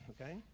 okay